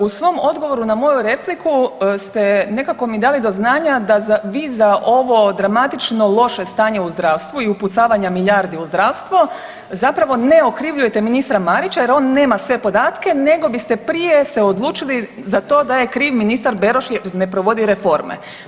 U svom odgovoru na moju repliku ste nekako mi dali do znanja da vi za ovo dramatično loše stanje u zdravstvu i upucavanja milijardi u zdravstvo zapravo ne okrivljujete ministra Marića jer on nema sve podatke nego biste prije se odlučili za to da je kriv ministar Beroš jer ne provodi reforme.